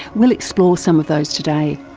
we'll explore some of those today.